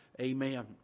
amen